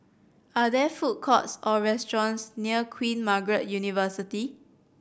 are there food courts or restaurants near Queen Margaret University